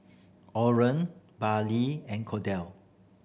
Orren and Kordell